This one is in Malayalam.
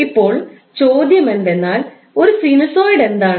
ഇപ്പോൾ ചോദ്യം എന്താണെന്നാൽ ഒരു സിനുസോയിഡ് എന്താണ്